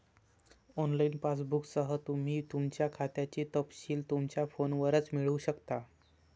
online पासबुकसह, तुम्ही तुमच्या खात्याचे तपशील तुमच्या फोनवरच मिळवू शकता